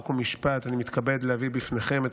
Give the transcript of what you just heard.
חוק ומשפט אני מתכבד להביא בפניכם את